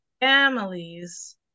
families